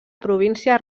província